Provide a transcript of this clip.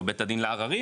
או בית הדין לערערים,